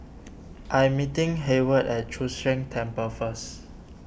I'm meeting Hayward at Chu Sheng Temple first